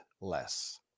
less